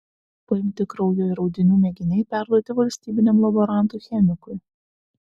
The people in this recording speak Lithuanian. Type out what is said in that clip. paimti kraujo ir audinių mėginiai perduoti valstybiniam laborantui chemikui